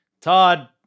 Todd